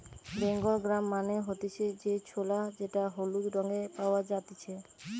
Bengal gram মানে হতিছে যে ছোলা যেটা হলুদ রঙে পাওয়া জাতিছে